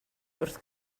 wrth